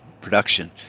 production